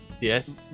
Yes